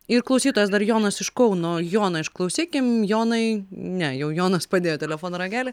ir klausytojas dar jonas iš kauno jono išklausykim jonai ne jau jonas padėjo telefono ragelį